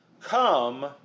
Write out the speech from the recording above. Come